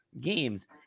games